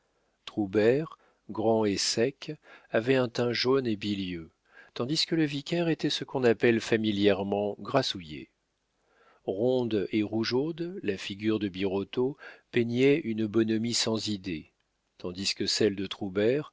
grand et sec avait un teint jaune et bilieux tandis que le vicaire était ce qu'on appelle familièrement grassouillet ronde et rougeaude la figure de birotteau peignait une bonhomie sans idées tandis que celle de